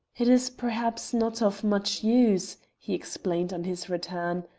it is perhaps not of much use, he explained on his return,